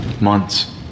Months